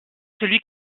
celui